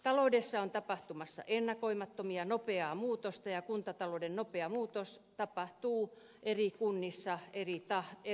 taloudessa on tapahtumassa ennakoimattomia nopeita muutoksia ja kuntatalouden nopea muutos tapahtuu eri kunnissa eri tavalla